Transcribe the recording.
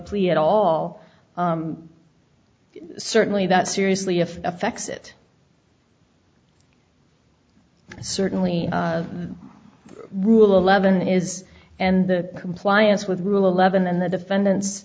plea at all certainly that seriously if affects it certainly rule eleven is and the compliance with rule eleven and the defendant